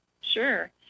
Sure